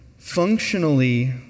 Functionally